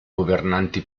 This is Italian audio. governanti